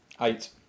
Eight